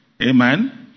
Amen